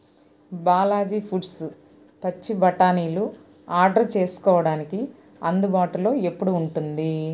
Balaji foods పచ్చి బఠానీలు order చేసుకోవడానికి అందుబాటులో ఎప్పుడు ఉంటుంది